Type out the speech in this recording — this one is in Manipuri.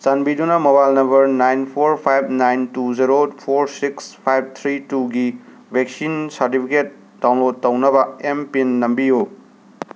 ꯆꯥꯟꯕꯤꯗꯨꯅ mobile number nine four five nine two zero four six five three ꯇꯨꯒꯤ ꯚꯦꯛꯁꯤꯟ ꯁꯥꯔꯇꯤꯐꯤꯀꯦꯠ ꯗꯥꯎꯟꯂꯣꯠ ꯇꯧꯅꯕ ꯑꯦꯝ ꯄꯤꯟ ꯅꯝꯕꯤꯌꯨ